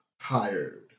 tired